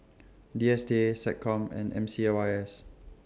D S T A Seccom and M C Y S